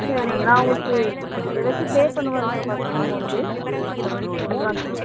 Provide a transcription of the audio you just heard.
சரிண்ண நான் உங்களுக்கு ஏதாச்சும் பே பண்ணவா இப்போ ஃபஸ்ட் அமௌண்ட்டு அட்வான்ஸாக